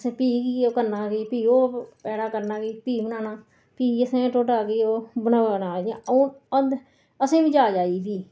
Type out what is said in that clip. असें फ्ही करना ते फ्ह्ही ओह् पैड़ा करना ते फ्ही बनाना फ्ही दस्सना ढोडा भाई ओह् बनाना असेंगी बी जाच आई गेई फ्ही